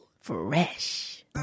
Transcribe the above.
Fresh